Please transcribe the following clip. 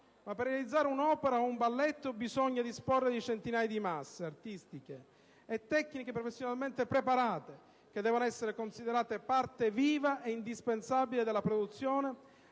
ma per realizzare un'opera o un balletto bisogna disporre di centinaia di masse artistiche e tecniche professionalmente preparate, che devono essere considerate parte viva ed indispensabile della produzione,